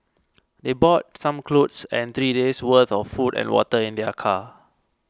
they brought some clothes and three day's worth of food and water in their car